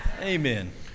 Amen